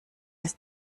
ist